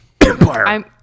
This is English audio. Empire